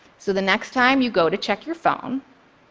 so the next time you go to check your phone,